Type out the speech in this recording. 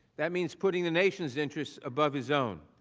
that means putting the nation's interest above his own.